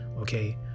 okay